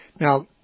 Now